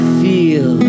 feel